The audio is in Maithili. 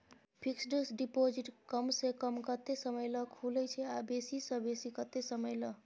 फिक्सड डिपॉजिट कम स कम कत्ते समय ल खुले छै आ बेसी स बेसी केत्ते समय ल?